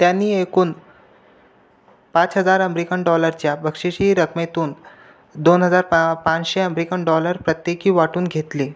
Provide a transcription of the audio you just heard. त्यांनी एकूण पाच हजार अमरिकन डॉलर्सच्या बक्षिस रकमेतून दोन हजार पाचशे अमरिकन डॉलर्स प्रत्येकी वाटून घेतले